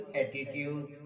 attitude